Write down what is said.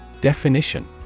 Definition